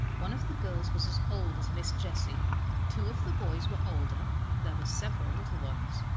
one of the girls was as old as miss jessie two of the boys were older, and there were several little ones.